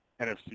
NFC